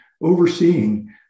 overseeing